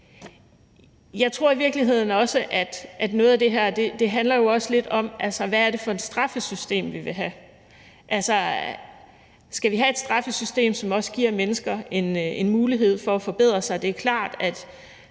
Jeg tror i virkeligheden også, at noget af det her også handler lidt om, hvad det er for et straffesystem, vi vil have. Skal vi have et straffesystem, som også giver mennesker en mulighed for at forbedre sig? Det er klart, at